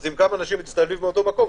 אז אם כמה אנשים מצטלבים באותו מקום,